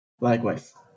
likewise